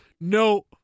no